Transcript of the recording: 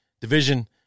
division